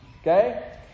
Okay